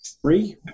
three